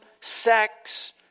sex